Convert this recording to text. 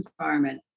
environment